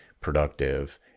productive